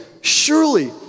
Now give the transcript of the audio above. surely